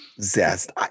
zest